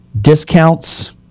discounts